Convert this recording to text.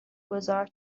گذار